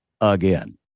again